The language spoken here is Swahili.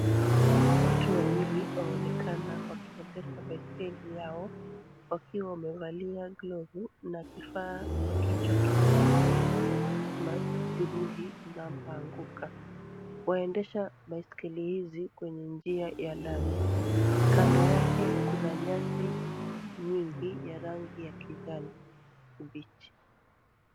Watu wawili waonekana wakiendesha baiskeli yao wakiwa wamevalia glovu na kifaa kwa kichwa kinacho zuia majeruhi unapoanguka. Waendesha baiskeli hizi kwenye njia ya lami. Kando yake kuna nyasi nyingi ya rangi ya kijani kibichi.